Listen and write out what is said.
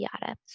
yada